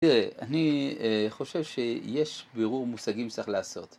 תראה, אני חושב שיש בירור מושגים צריך לעשות.